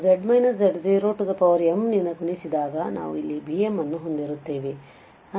ಆದ್ದರಿಂದ ನಾವು ಇದನ್ನು z z0m ನಿಂದ ಗುಣಿಸಿದಾಗ ನಾವು ಅಲ್ಲಿ bmಅನ್ನು ಹೊಂದಿರುತ್ತೇವೆ